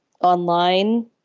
online